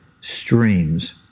streams